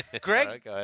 Greg